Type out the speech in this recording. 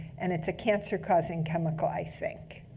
and it's a cancer-causing chemical, i think.